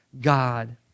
God